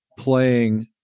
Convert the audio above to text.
playing